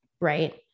right